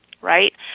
right